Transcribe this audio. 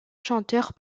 chanteurs